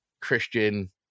Christian